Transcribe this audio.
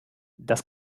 das